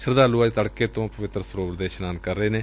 ਸ਼ਰਧਾਲੂ ਅੱਜ ਤੜਕੇ ਤੋ ਪਵਿੱਤਰ ਸਰੋਵਰ ਚ ਇਸ਼ਨਾਨ ਕਰ ਰਹੇ ਨੇ